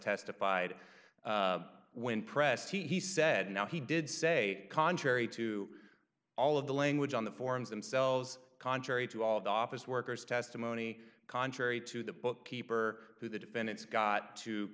testified when pressed he said no he did say contrary to all of the language on the forms themselves contrary to all the office workers testimony contrary to the bookkeeper who the defendants got to